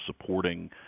supporting